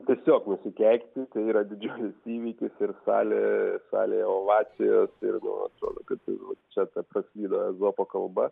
tiesiog nusikeikti kai yra didžiulis įvykis ir salė salėj ovacijos ir nu atrodo kad tai vat čia ta praskydo ezopo kalba